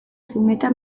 zumeta